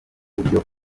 buryo